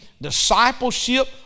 discipleship